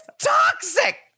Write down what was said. toxic